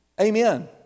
Amen